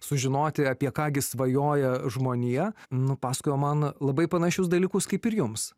sužinoti apie ką gi svajoja žmonija nupasakojo man labai panašius dalykus kaip ir jums